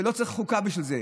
ולא צריך חוקה בשביל זה,